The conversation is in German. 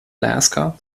lasker